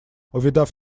увидав